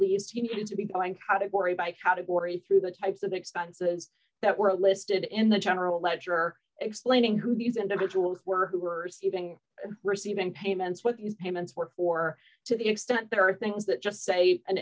least you need to be going how to goree by category through the types of expenses that were listed in the general ledger explaining who these individuals were who were receiving receiving payments what you payments were for to the extent there are things that just say an